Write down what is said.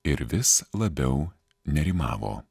ir vis labiau nerimavo